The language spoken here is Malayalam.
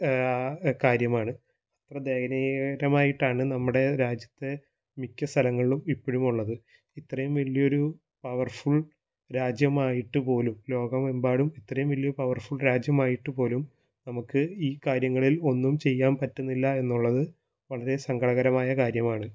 കാര്യമാണ് അത്ര ദയനീയകരമായിട്ടാണ് നമ്മുടെ രാജ്യത്തെ മിക്ക സ്ഥലങ്ങളിലും ഇപ്പോഴും ഉള്ളത് ഇത്രയും വലിയൊരു പവര്ഫുള് രാജ്യമായിട്ട് പോലും ലോകമെമ്പാടും ഇത്രയും വലിയൊരു പവര്ഫുള് രാജ്യമായിട്ട് പോലും നമുക്ക് ഈ കാര്യങ്ങളില് ഒന്നും ചെയ്യാന് പറ്റുന്നില്ല എന്നുള്ളത് വളരെ സങ്കടകരമായ കാര്യമാണ്